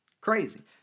crazy